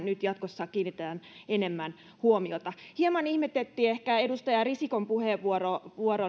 nyt jatkossa kiinnitetään enemmän huomiota hieman ihmetytti ehkä edustaja risikon puheenvuoro